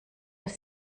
les